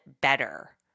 better